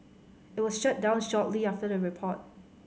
it was shut down shortly after the report